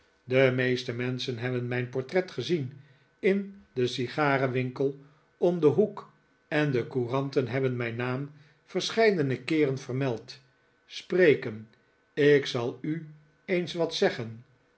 de meeste menschen hebben mijn portret gezien in den sigarenwinkel om den hoek en de couranten hebben mijn naam verscheidene keeren verirield spreken ik zal u eens wat zeggen